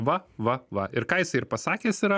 va va va ir ką jisai ir pasakęs yra